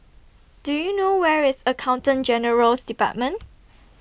Do YOU know Where IS Accountant General's department